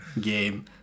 game